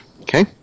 Okay